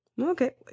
Okay